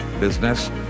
business